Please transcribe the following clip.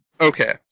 Okay